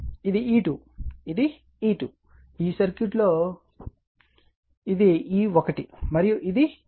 కాబట్టి ఇది E2 ఇది E2 ఈ సర్క్యూట్లో కూడా ఇది E1 ఇది E2 మరియు ఇది